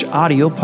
audio